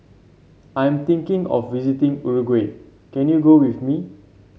I'm thinking of visiting Uruguay can you go with me